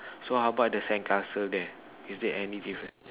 so how about the sandcastle there is there any difference